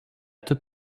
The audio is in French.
toute